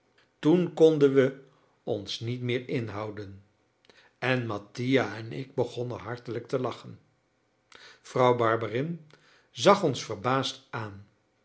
toen konden we ons niet meer inhouden en mattia en ik begonnen hartelijk te lachen vrouw barberin zag ons verbaasd aan